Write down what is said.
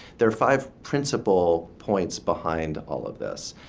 there are five principal points behind all of this.